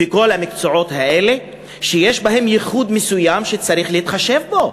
בכל המקצועות האלה שיש בהם ייחוד מסוים שצריך להתחשב בו.